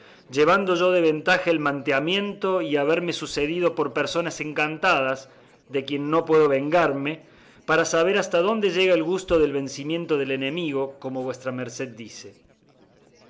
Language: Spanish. llevando yo de ventaja el manteamiento y haberme sucedido por personas encantadas de quien no puedo vengarme para saber hasta dónde llega el gusto del vencimiento del enemigo como vuestra merced dice